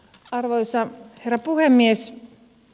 arvoisa herra puhemies